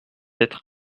être